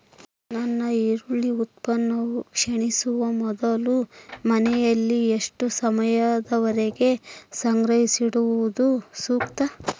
ನನ್ನ ಈರುಳ್ಳಿ ಉತ್ಪನ್ನವು ಕ್ಷೇಣಿಸುವ ಮೊದಲು ಮನೆಯಲ್ಲಿ ಎಷ್ಟು ಸಮಯದವರೆಗೆ ಸಂಗ್ರಹಿಸುವುದು ಸೂಕ್ತ?